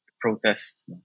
protests